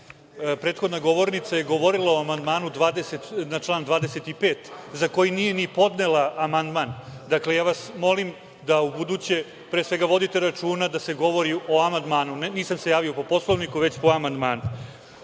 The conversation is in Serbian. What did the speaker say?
prethodna govornica je govorila o amandmanu na član 25. za koji nije ni podnela amandman, da ubuduće, pre svega, vodite računa da se govori o amandmanu. Nisam se javio po Poslovniku, već po amandmanu. Što